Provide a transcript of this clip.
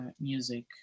music